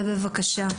ובבקשה.